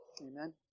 Amen